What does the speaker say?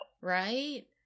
Right